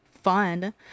fun